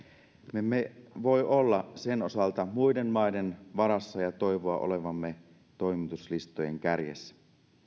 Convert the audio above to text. me me emme voi olla sen osalta muiden maiden varassa ja toivoa olevamme toimituslistojen kärjessä